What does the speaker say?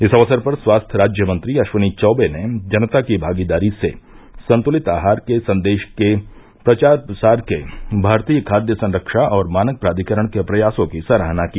इस अवसर पर स्वास्थ्य राज्य मंत्री अश्विनी चौबे ने जनता की भागीदारी से संतुलित आहार के संदेश के प्रचार प्रसार के भारतीय खाद्य संरक्षा और मानक प्राधिकरण के प्रयासों की सराहना की